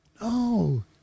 No